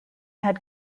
had